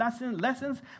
lessons